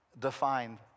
defined